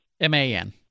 M-A-N